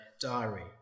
diary